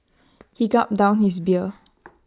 he gulped down his beer